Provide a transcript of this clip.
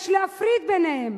יש להפריד ביניהם.